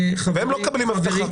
והם לא מקבלים אבטחה.